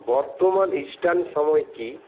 বর্তমান ইস্টার্ন সময় কী